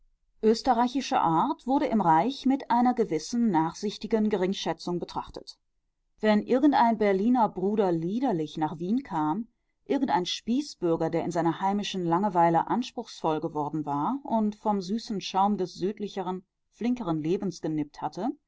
österreichische art wurde im reich mit einer gewissen nachsichtigen geringschätzung betrachtet wenn irgendein berliner bruder liederlich nach wien kam irgendein spießbürger der in seiner heimischen langeweile anspruchsvoll geworden war und vom süßen schaum des südlicheren flinkeren lebens genippt hatte